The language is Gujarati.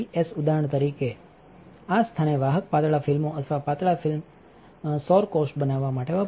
ઉદાહરણ તરીકે આ સ્થાને વાહક પાતળા ફિલ્મો અથવા પાતળા ફિલ્મ સૌર કોષો બનાવવા માટે વપરાય છે